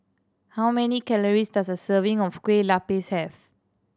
how many calories does a serving of Kueh Lopes have